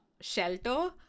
Shelter